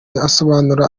asobanurira